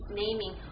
naming